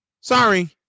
Sorry